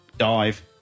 dive